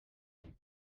but